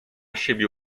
siebie